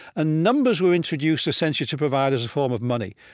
ah numbers were introduced essentially to provide as a form of money.